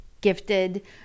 gifted